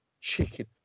chicken